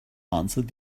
answered